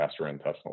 gastrointestinal